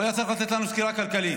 הוא היה צריך לתת לנו סקירה כלכלית.